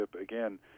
Again